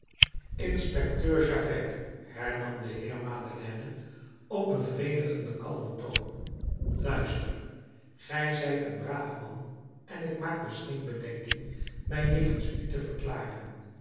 inspecteur javert hernam de heer madeleine op bevredigenden kalmen toon luister gij zijt een braaf man en ik maak dus geen bedenking mij jegens u te verklaren